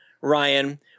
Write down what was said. Ryan